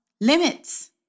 limits